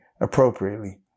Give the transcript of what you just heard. appropriately